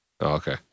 Okay